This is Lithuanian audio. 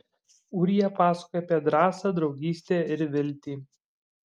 ūrija pasakojo apie drąsą draugystę ir viltį